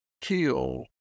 kill